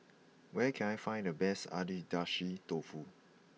where can I find the best Agedashi dofu